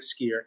skier